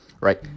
right